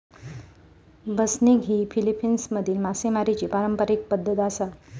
बसनिग ही फिलीपिन्समधली मासेमारीची पारंपारिक पद्धत आसा